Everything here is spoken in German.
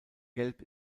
gelb